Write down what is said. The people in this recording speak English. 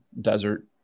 desert